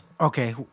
Okay